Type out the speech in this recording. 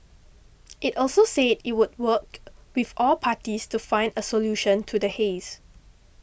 it also said it would work with all parties to find a solution to the haze